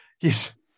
Yes